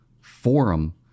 Forum